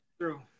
true